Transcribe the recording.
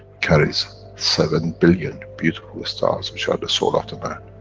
carries seven billion beautiful stars, which are the soul of the man.